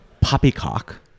poppycock